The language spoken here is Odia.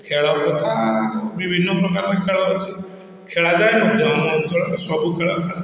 ଖେଳ କଥା ବିଭିନ୍ନ ପ୍ରକାର ଖେଳ ଅଛି ଖେଳାଯାଏ ମଧ୍ୟ ଆମ ଅଞ୍ଚଳର ସବୁ ଖେଳ ଖେଳାଯାଏ